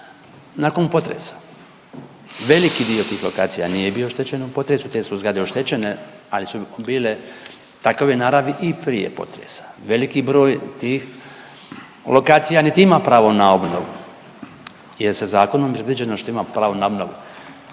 nakon potresa. Veliki dio tih lokacija nije bio oštećen u potresu, te su zgrade oštećene, ali su bile takove naravi i prije potresa. Veliki broj tih lokacija niti ima pravo na obnovu jer se zakonom predviđa što ima pravo na obnovu.